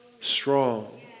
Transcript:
strong